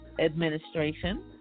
administration